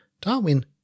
Darwin